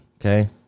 Okay